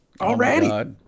already